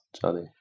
Johnny